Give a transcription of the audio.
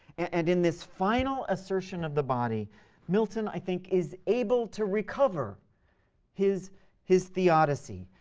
and in this final assertion of the body milton, i think, is able to recover his his theodicy,